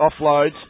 Offloads